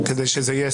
והגענו